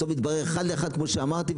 בסוף התברר אחד לאחד כמו שאמרתי,